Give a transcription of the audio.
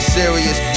serious